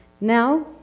Now